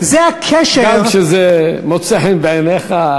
גם כשזה מוצא חן בעיניך,